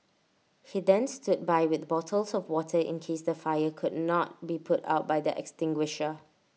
he then stood by with bottles of water in case the fire could not be put out by the extinguisher